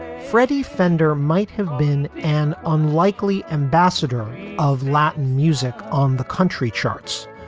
freddie fender might have been an unlikely ambassador of latin music on the country charts,